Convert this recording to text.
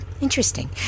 interesting